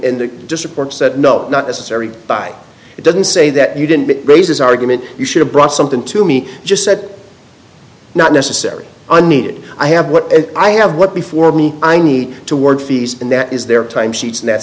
support said no not necessary by it doesn't say that you didn't raise this argument you should have brought something to me just said not necessary and needed i have what i have what before me i need to word fees and that is their time sheets and that's